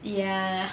ya